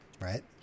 Right